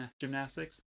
gymnastics